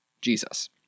Jesus